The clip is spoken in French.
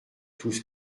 tous